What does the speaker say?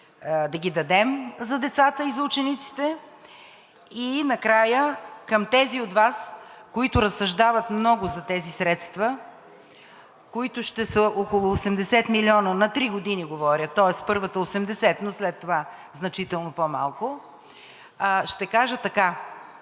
да ги дадем за децата и учениците. Накрая, към тези от Вас, които разсъждават много за тези средства, които ще са около 80 милиона, на три години говоря, тоест първата е 80, но след това – значително по-малко, ще кажа така: